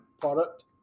product